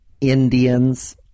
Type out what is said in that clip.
Indians